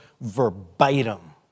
verbatim